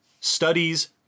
studies